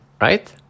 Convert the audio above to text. right